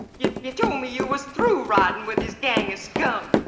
yeah you told me you was through riding with this gang of scum.